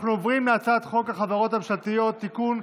אנחנו עוברים להצעת חוק החברות הממשלתיות (תיקון,